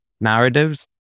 narratives